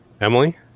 Emily